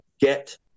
Get